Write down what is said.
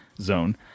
Zone